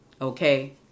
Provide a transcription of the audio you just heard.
Okay